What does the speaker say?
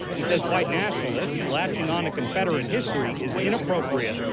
he said white nationalists latching onto confederate history is inappropriate.